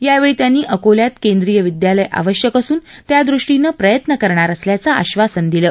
यावेळी त्यांनी अकोल्यात केंद्रीय विद्यालय आवश्यक असून त्या दृष्टीनं प्रयत्न करणार असल्याचं आधासन त्यांनी दिलं